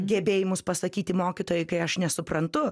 gebėjimus pasakyti mokytojai kai aš nesuprantu